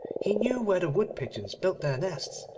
he knew where the wood-pigeons built their nests,